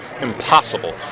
impossible